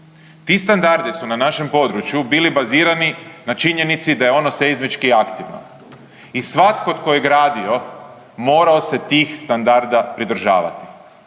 Ti standardi su na našem području bili bazirani na činjenici da je ono seizmički aktivno i svatko tko je gradio morao se tih standarda pridržavati.